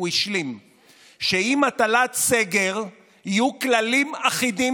הוא השלים שעם הטלת סגר יהיו כללים אחידים